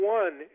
one